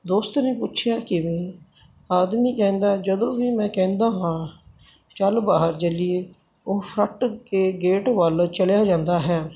ਦੋਸਤ ਨੇ ਪੁੱਛਿਆ ਕਿਵੇ ਆਧੁਨਿਕ ਕਹਿੰਦਾ ਜਦੋਂ ਵੀ ਮੈਂ ਕਹਿੰਦਾ ਹਾਂ ਚਲ ਬਾਹਰ ਚਲੀਏ ਉਹ ਫਟ ਕੇ ਗੇਟ ਵੱਲ ਚਲਿਆ ਜਾਂਦਾ ਹੈ